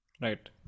Right